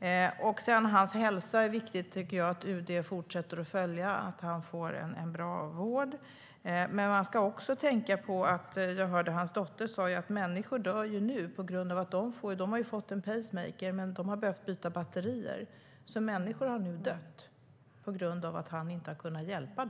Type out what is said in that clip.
Fikru Marus hälsa är viktig, så UD bör fortsätta att följa detta så att han får en bra vård. Något annat man kan tänka på är att människor nu dör på grund av att de måste byta batterier i sin pacemaker som de fått och han är inte där och kan hjälpa dem. Det hörde jag att hans dotter sa.